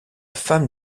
femme